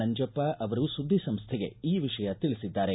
ನಂಜಪ್ಪ ಅವರು ಸುದ್ದಿ ಸಂಸ್ಥೆಗೆ ಈ ವಿಷಯ ತಿಳಿಸಿದ್ದಾರೆ